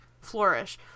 flourish